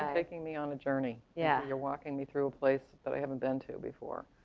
yeah taking me on a journey. yeah, you're walking me through a place that i haven't been to before.